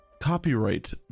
copyright